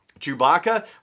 Chewbacca